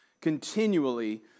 continually